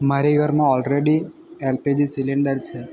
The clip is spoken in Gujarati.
મારે ઘરમાં ઓલરેડી એલપીજી સિલિન્ડર છે